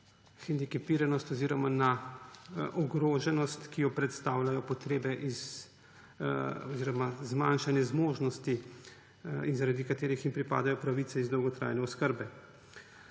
na hendikepiranost oziroma na ogroženost, ki jo predstavljajo potrebe oziroma zmanjšanje zmožnosti in zaradi katerih jim pripadajo pravice iz dolgotrajne oskrbe.